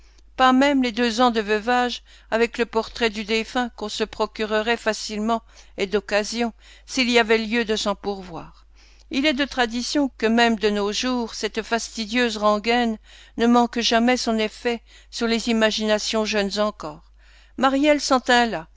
pas même les deux ans de veuvage avec le portrait du défunt qu'on se procurerait facilement et d'occasion s'il y avait lieu de s'en pourvoir il est de tradition que même de nos jours cette fastidieuse rengaine ne manque jamais son effet sur les imaginations jeunes encore maryelle